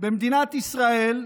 במדינת ישראל,